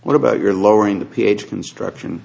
what about your lowering the ph construction